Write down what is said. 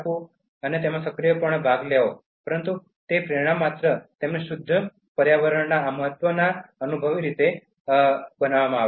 તેથી તેઓ તેમાં સક્રિયપણે ભાગ લે છે પરંતુ પ્રેરણા માત્ર તેમને શુદ્ધ પર્યાવરણને આ રીતે અનુભવવાથી બનાવવામાં આવી છે